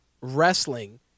wrestling